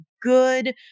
good